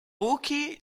rookie